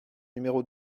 numéro